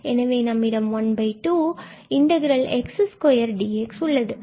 எனவே நம்மிடம் 12 2dxஉள்ளது